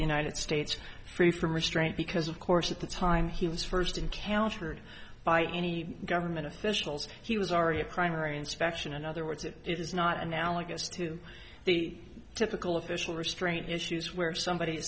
states free from restraint because of course at the time he was first encountered by any government officials he was already a primary inspection in other words it is not analogous to the typical official restraint issues where somebody